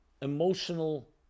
emotional